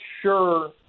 sure